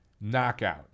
knockout